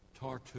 Tartu